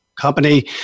company